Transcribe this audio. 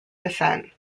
descent